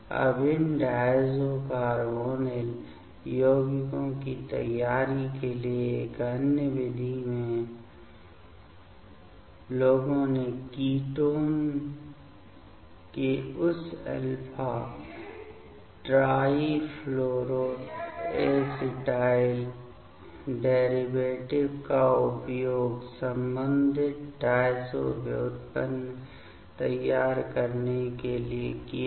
अब इन diazo carbonyl यौगिकों की तैयारी के लिए एक अन्य विधि में लोगों ने कीटोन के उस अल्फा ट्राइफ्लोरोएसिटाइल डेरिवेटिव का उपयोग संबंधित डायज़ो व्युत्पन्न तैयार करने के लिए किया है